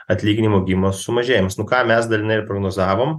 atlyginimų augimo sumažėjimas nu ką mes dalinai ir prognozavom